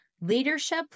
Leadership